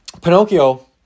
Pinocchio